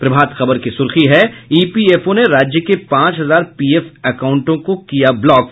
प्रभात खबर की सुर्खी है इपीएफओ ने राज्य के पांच हजार पीएफ अकाउंटों को किया ब्लॉक